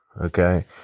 okay